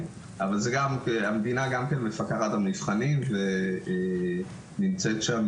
אבל המדינה גם מפקחת על המבחנים ונמצאת שם,